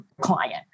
client